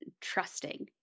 trusting